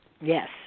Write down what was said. Yes